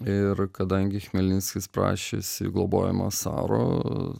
ir kadangi chmelnickis prašėsi globojamas caro